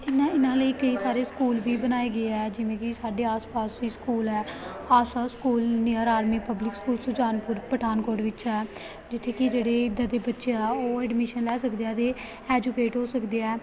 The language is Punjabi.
ਇਹਨਾਂ ਇਹਨਾਂ ਲਈ ਕਈ ਸਾਰੇ ਸਕੂਲ ਵੀ ਬਣਾਏ ਗਏ ਆ ਜਿਵੇਂ ਕਿ ਸਾਡੇ ਆਸ ਪਾਸ ਹੀ ਸਕੂਲ ਹੈ ਆਸਾ school near army public school Sujanpur Pathankot ਵਿੱਚ ਹੈ ਜਿੱਥੇ ਕਿ ਜਿਹੜੇ ਇੱਦਾਂ ਦੇ ਬੱਚੇ ਆ ਉਹ ਐਡਮਿਸ਼ਨ ਲੈ ਸਕਦੇ ਆ ਅਤੇ ਐਜੂਕੇਟ ਹੋ ਸਕਦੇ ਆ